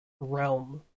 realm